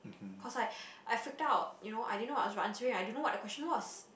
cause I I freaked out you know I didn't know what I was answering I don't know what the question was